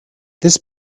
this